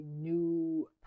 new